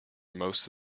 most